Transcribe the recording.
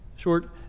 Short